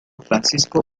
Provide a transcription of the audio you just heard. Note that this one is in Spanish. francisco